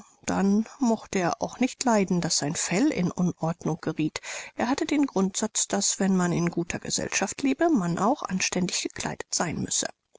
dann mochte er auch nicht leiden daß sein fell in unordnung gerieth er hatte den grundsatz daß wenn man in guter gesellschaft lebe man auch anständig gekleidet sein müsse